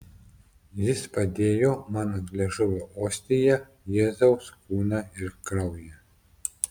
jis padėjo man ant liežuvio ostiją jėzaus kūną ir kraują